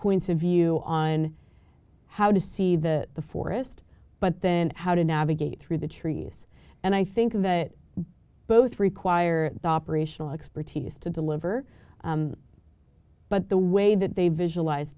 points of view on how to see the forest but then how to navigate through the trees and i think that both require operational expertise to deliver but the way that they visualize